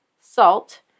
salt